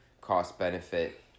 cost-benefit